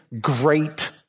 great